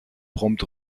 prompt